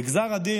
בגזר הדין,